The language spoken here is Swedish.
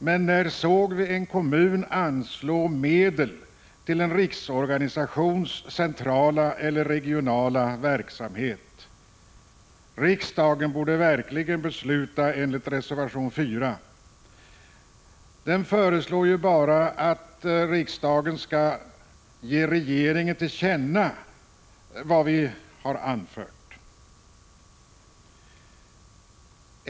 Men när såg vi en kommun anslå medel till en riksorganisations centrala eller regionala verksamhet? Riksdagen borde verkligen besluta enligt reservation 4. Den föreslår ju bara att riksdagen ger regeringen till känna vad vi har anfört.